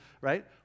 right